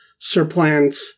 surplants